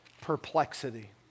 perplexity